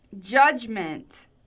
judgment